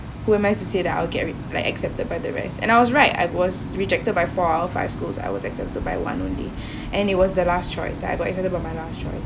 who am I to say that I will get re~ like accepted by the rest and I was right I was rejected by four out of five schools I was accepted by one only and it was the last choice I got accepted by my last choice